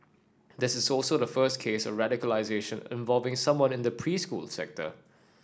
this is also the first case of radicalisation involving someone in the preschool sector